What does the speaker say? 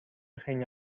خیلی